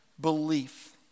belief